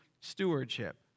stewardship